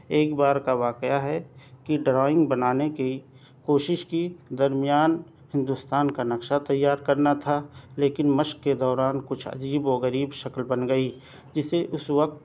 ایک بار کا واقعہ ہے کہ ڈرائنگ بنانے کی کوشش کی درمیان ہندوستان کا نقشہ تیار کرنا تھا لیکن مشق کے دوران کچھ عجیب و غریب شکل بن گئی جسے اس وقت